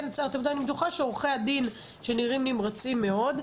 אני בטוחה שעורכי הדין שנראים נמרצים מאוד,